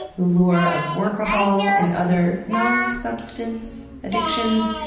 the lure of workahol and other non substance addictions,